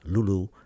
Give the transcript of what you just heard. Lulu